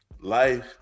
life